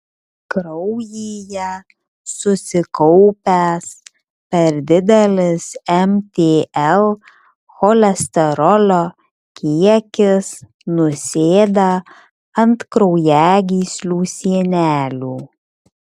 kraujyje susikaupęs per didelis mtl cholesterolio kiekis nusėda ant kraujagyslių sienelių